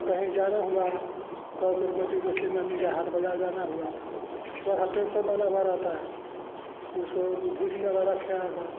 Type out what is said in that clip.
कहीं जाना हुआ कौरपुर दो तीन एस्सी में मुझे हाट बजार जाना हुआ तो थोड़ा हाँ टेंशन बना हुआ रहता है कि उसको धूप में ना रखें आगा